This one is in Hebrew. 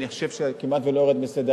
אני חושב שהנושא הזה כמעט שלא יורד מסדר-היום.